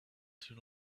too